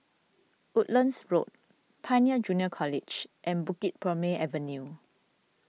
Woodlands Road Pioneer Junior College and Bukit Purmei Avenue